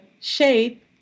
shape